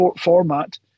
format